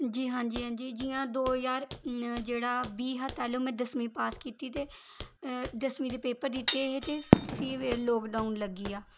जी हांजी हांजी जि'यां दो ज्हार जेह्ड़ा बीह् हा तैह्लो में दसमीं पास कीती ते दसमीं दे पेपर दित्ते हे ते फ्ही लोकडॉउन लग्गी आ